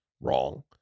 wrong